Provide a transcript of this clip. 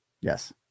Yes